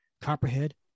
Copperhead